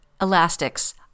elastics